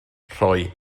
rhoi